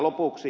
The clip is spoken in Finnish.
lopuksi